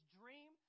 dream